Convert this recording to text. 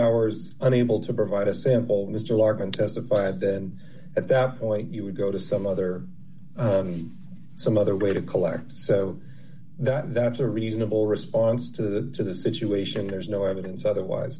hours unable to provide a sample mr larkin testified then at that point you would go to some other some other way to collect so that that's a reasonable response to the situation there's no evidence otherwise